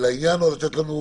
שאפשר לכתוב אותם